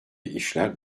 işler